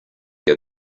your